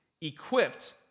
equipped